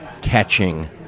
catching